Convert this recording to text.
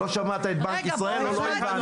לא שמעת את בנק ישראל או לא הבנת.